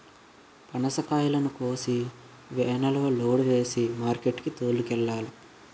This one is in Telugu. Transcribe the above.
పనసకాయలను కోసి వేనులో లోడు సేసి మార్కెట్ కి తోలుకెల్లాల